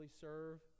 serve